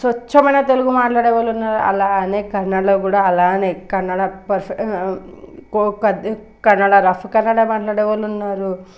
స్వచ్ఛమైన తెలుగు మాట్లాడే వాళ్ళు ఉన్నారు అలా అని కన్నడలో కూడా అలానే Kannada perfect Kannada rough Kannada మాట్లాడే వాళ్ళు ఉన్నారు